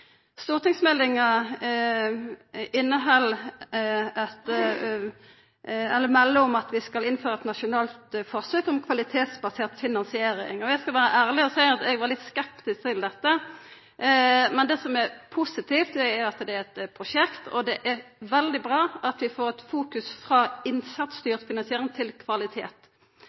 Stortingsmeldinga inneheld eit elle melle om å innføra eit nasjonalt forsøk om kvalitetsbasert finansiering. Eg skal vera ærleg å seia at eg var litt skeptisk til dette, men det som er positivt, er at det er eit prosjekt, og det er veldig bra at vi får eit fokus frå innsatsstyrt finansiering til kvalitet.